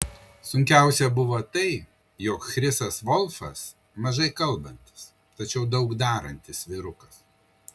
sunkiausia buvo tai jog chrisas volfas mažai kalbantis tačiau daug darantis vyrukas